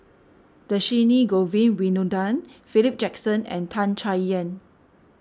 Dhershini Govin Winodan Philip Jackson and Tan Chay Yan